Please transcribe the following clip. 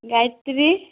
Gayatri